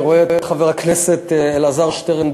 אני רואה את חבר הכנסת אלעזר שטרן,